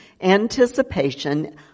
anticipation